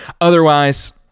otherwise